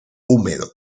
húmedo